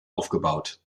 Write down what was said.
aufgebaut